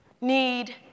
need